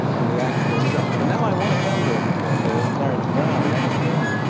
and the actual result. but now i want to come to clarence brown and ask him,